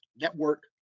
network